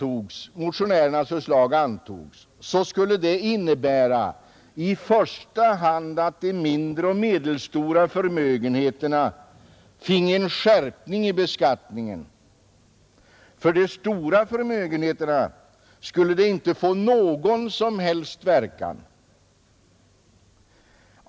Om det förslaget antogs, skulle det i första hand innebära att de mindre och medelstora förmögenheterna fick en skärpning i beskattningen. För de stora förmögenheterna däremot skulle det inte få någon som helst verkan.